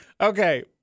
okay